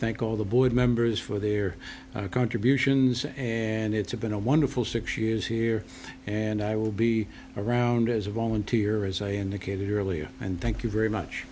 thank all the board members for their contributions and it's been a wonderful six years here and i will be around as a volunteer as i indicated earlier and thank you very much